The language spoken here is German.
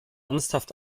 ernsthaft